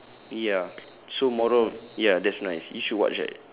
ya so moral ya that's nice you should watch that